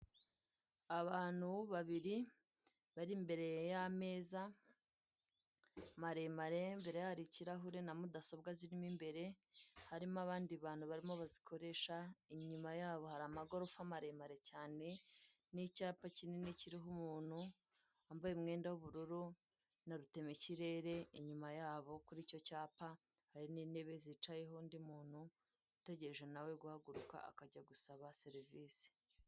Abantu babiri bari imbere y'ameza maremare imbere hari ikirahure na mudasobwa zirimo imbere harimo abandi bantu barimo bazikoresha inyuma yabo hari amagorofa maremare cyane, n'icyapa kinini kiriho umuntu wambaye umwenda w'ubururu na rutemikirere inyuma yabo kuri icyo cyapa hari n'intebe zicayeho undi muntu utegereje guhaguruka akajya gusaba serivisi.